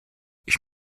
ich